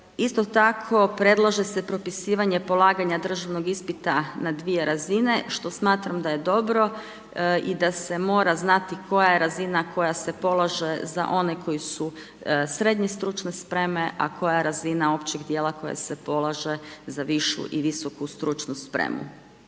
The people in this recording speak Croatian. Isto tako, predlože se pripisivanje polaganja državnog ispita, na 2 razine, što smatram da je dobro i da se mora znati koja je razina koja se polaže za one koji su srednje stručne spreme, a koja razina općeg dijela koja se polaže za višu i visoku stručnu spremu.